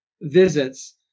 visits